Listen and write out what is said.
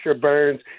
Burns